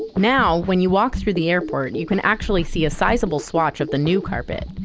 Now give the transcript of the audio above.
now when you walk through the airport, you can actually see a sizable swatch of the new carpet,